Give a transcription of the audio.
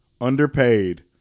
Underpaid